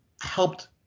helped